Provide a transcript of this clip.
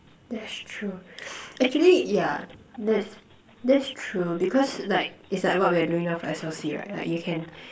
that's true actually yeah that's that's true because like it's like what we're doing now for S_O_C right like you can